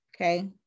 Okay